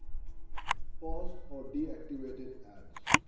paused or deactivated ad